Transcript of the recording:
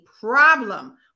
problem